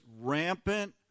rampant